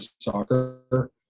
soccer